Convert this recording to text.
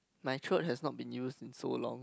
my throat has not been used in so long